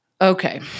Okay